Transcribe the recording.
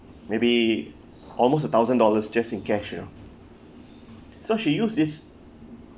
maybe almost a thousand dollars just in cash you know so she use this